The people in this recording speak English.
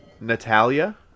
Natalia